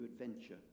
adventure